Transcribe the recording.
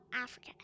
Africa